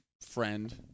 friend